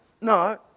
no